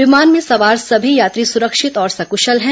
विमान में सवार सभी यात्री सुरक्षित और सकुशल हैं